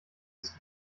ist